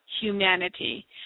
humanity